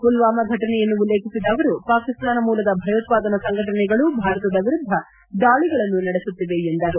ಪುಲ್ಲಾಮಾ ಫಟನೆಯನ್ನು ಉಲ್ಲೇಖಿಸಿದ ಅವರು ಪಾಕಿಸ್ತಾನ ಮೂಲದ ಭಯೋತ್ಸಾದನಾ ಸಂಘಟನೆಗಳು ಭಾರತದ ವಿರುದ್ದ ದಾಳಿಗಳನ್ನು ನಡೆಸುತ್ತಿವೆ ಎಂದರು